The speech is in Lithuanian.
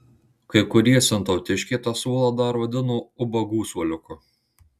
kai kurie sintautiškiai tą suolą dar vadino ubagų suoliuku